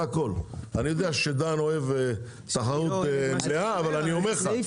אני יודע שדהן אוהב תחרות מלאה אבל אני אומר לך,